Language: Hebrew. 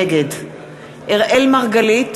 נגד אראל מרגלית,